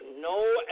no